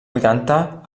vuitanta